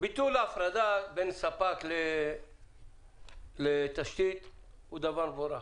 שביטול ההפרדה בין ספק לתשתית הוא דבר מבורך.